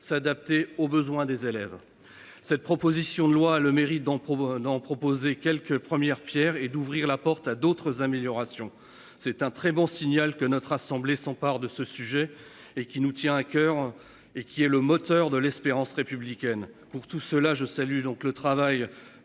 s'adapter aux besoins des élèves. Cette proposition de loi a le mérite d'en provenant d'proposer quelques premières pierres et d'ouvrir la porte à d'autres améliorations. C'est un très bon signal que notre assemblée s'emparent de ce sujet et qui nous tient à coeur et qui est le moteur de l'espérance républicaine pour tous ceux-là je salue donc le travail